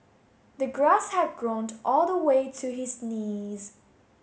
the grass had grown all the way to his knees